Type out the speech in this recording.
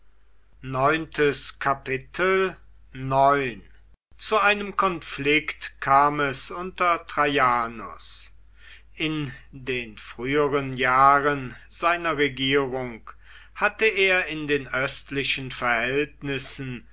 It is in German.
zu einem konflikt kam es unter traianus in den früheren jahren seiner regierung hatte er in den östlichen verhältnissen